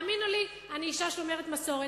האמינו לי, אני אשה שומרת מסורת.